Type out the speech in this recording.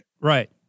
Right